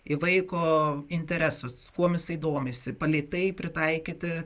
į vaiko interesus kuom jisai domisi palei tai pritaikyti